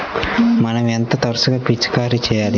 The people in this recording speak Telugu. మనం ఎంత తరచుగా పిచికారీ చేయాలి?